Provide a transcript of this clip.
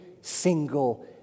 single